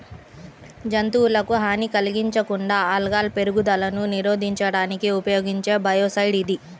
జంతువులకు హాని కలిగించకుండా ఆల్గల్ పెరుగుదలను నిరోధించడానికి ఉపయోగించే బయోసైడ్ ఇది